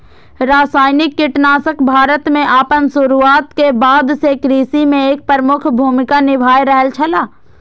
रासायनिक कीटनाशक भारत में आपन शुरुआत के बाद से कृषि में एक प्रमुख भूमिका निभाय रहल छला